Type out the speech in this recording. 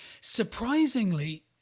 surprisingly